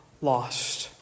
lost